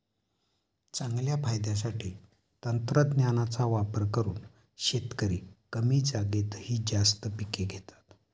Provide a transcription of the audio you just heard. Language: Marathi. चांगल्या फायद्यासाठी तंत्रज्ञानाचा वापर करून शेतकरी कमी जागेतही जास्त पिके घेतात